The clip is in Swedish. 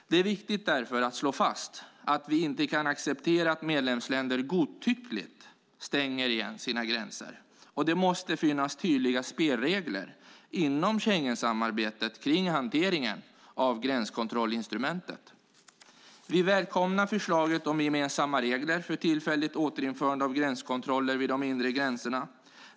Det är därför viktigt att slå fast att vi inte kan acceptera att medlemsländer godtyckligt stänger igen sina gränser. Det måste finnas tydliga spelregler inom Schengensamarbetet för hanteringen av gränskontrollinstrumentet. Vi välkomnar förlaget om gemensamma regler för tillfälligt återinförande av gränskontroller vid de inre gränserna.